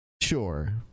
Sure